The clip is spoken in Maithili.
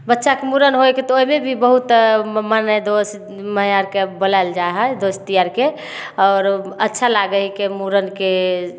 बच्चाके मुड़न होइ तऽ ओहिमे भी बहुत मने दोष माए आरके बोलाएल जाइ हइ दोस्त यारके आओर अच्छा लागै हकै मुड़नके